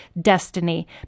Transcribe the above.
destiny